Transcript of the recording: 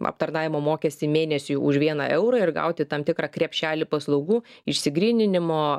aptarnavimo mokestį mėnesiui už vieną eurą ir gauti tam tikrą krepšelį paslaugų išsigryninimo